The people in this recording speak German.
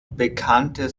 bekannte